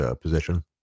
position